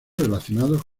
relacionados